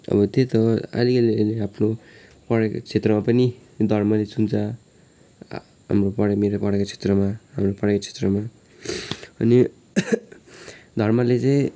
अब त्यही त हो अलिअलि आफ्नो पढाइको क्षेत्रमा पनि धर्मले छुन्छ आ हाम्रो पढाइ मेरो पढाइको क्षेत्रमा हाम्रो पढाइको क्षेत्रमा अनि धर्मले चाहिँ